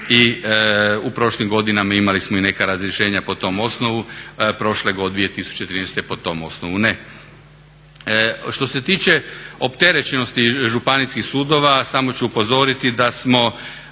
i u prošlim godinama imali smo i neka razrješenja po tom osnovu prošle 2013. godine po tom osnovu. Što se tiče opterećenosti županijskih sudova, samo ću upozoriti da smo